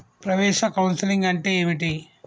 ప్రవేశ కౌన్సెలింగ్ అంటే ఏమిటి?